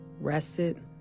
rested